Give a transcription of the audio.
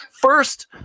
First